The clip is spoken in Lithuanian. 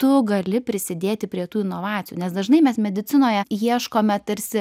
tu gali prisidėti prie tų inovacijų nes dažnai mes medicinoje ieškome tarsi